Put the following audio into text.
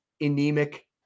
anemic